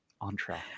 entree